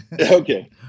Okay